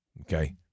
Okay